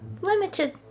Limited